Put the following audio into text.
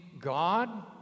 God